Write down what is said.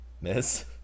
Miss